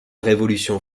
révolution